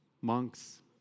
monks